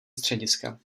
střediska